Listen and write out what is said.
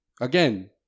Again